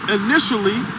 initially